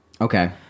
Okay